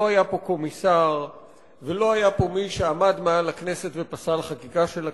לא היה פה קומיסר ולא היה פה מי שעמד מעל הכנסת ופסל חקיקה של הכנסת.